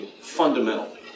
fundamental